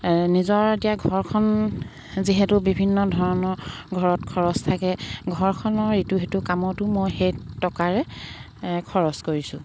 নিজৰ এতিয়া ঘৰখন যিহেতু বিভিন্ন ধৰণৰ ঘৰত খৰচ থাকে ঘৰখনৰ ইটো সিটো কামতো মই সেই টকাৰে খৰচ কৰিছোঁ